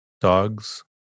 dogs